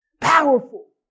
powerful